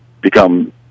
become